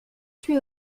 suis